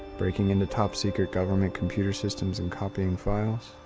breaking into top-secret government computer systems and copying files?